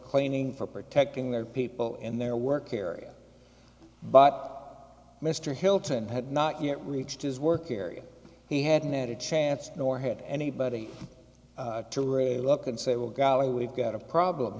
cleaning for protecting their people in their work area but mr hilton had not yet reached his work area he hadn't had a chance nor had anybody to really look and say well golly we've got a problem